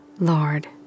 Lord